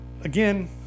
again